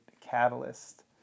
catalyst